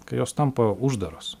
kai jos tampa uždaros